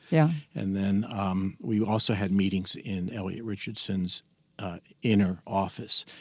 yeah and then um we also had meetings in elliot richardson's inner office.